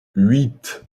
huit